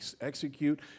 execute